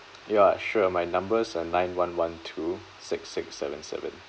ya sure my numbers are nine one one two six six seven seven